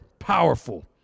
powerful